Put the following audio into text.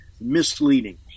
misleading